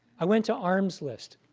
i went to arms list,